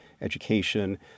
education